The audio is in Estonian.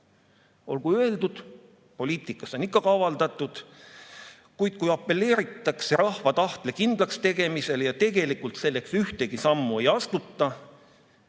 Olgu öeldud, et poliitikas on ikka kavaldatud, kuid kui apelleeritakse rahva tahte kindlakstegemisele ja tegelikult selleks ühtegi sammu ei astuta,